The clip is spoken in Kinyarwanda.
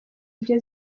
iryo